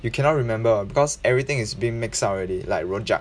you cannot remember because everything is being mixed up already like rojak